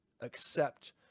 accept